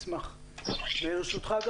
ברשותך,